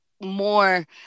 more